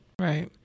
right